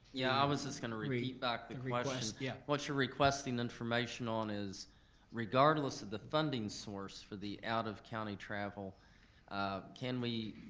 yeah, i was just gonna repeat back the question. yeah what you're requesting information on is regardless of the funding source for the out of county travel can we,